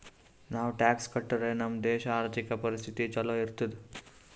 ನಾವು ಟ್ಯಾಕ್ಸ್ ಕಟ್ಟುರೆ ನಮ್ ದೇಶ ಆರ್ಥಿಕ ಪರಿಸ್ಥಿತಿ ಛಲೋ ಇರ್ತುದ್